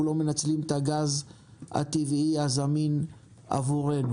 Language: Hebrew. לא מנצלים את הגז הטבעי הזמין עבורנו.